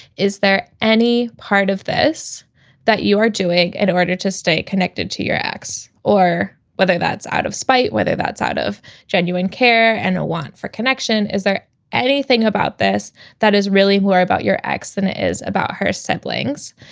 is there any part of this that you are doing in order to stay connected to your acts or whether that's out of spite? whether that's out of genuine care and a want for connection? is there anything about this that is really more about your ex than it is about her siblings?